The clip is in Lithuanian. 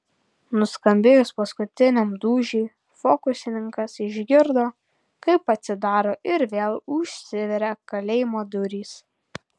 nuskambėjus paskutiniam dūžiui fokusininkas išgirdo kaip atsidaro ir vėl užsiveria kalėjimo durys